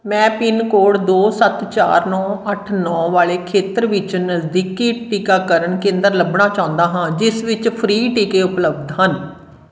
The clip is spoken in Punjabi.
ਮੈਂ ਪਿੰਨ ਕੋਡ ਦੋ ਸੱਤ ਚਾਰ ਨੌ ਅੱਠ ਨੌ ਵਾਲੇ ਖੇਤਰ ਵਿੱਚ ਨਜ਼ਦੀਕੀ ਟੀਕਾਕਰਨ ਕੇਂਦਰ ਲੱਭਣਾ ਚਾਹੁੰਦਾ ਹਾਂ ਜਿਸ ਵਿੱਚ ਫ੍ਰੀ ਟੀਕੇ ਉਪਲੱਬਧ ਹਨ